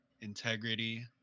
integrity